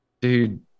dude